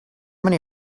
many